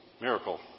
miracle